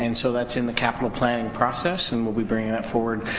and so that's in the capital planning process and we'll be bringing that forward,